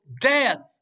death